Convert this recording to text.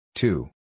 Two